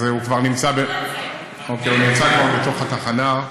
הוא כבר נמצא בתוך התחנה,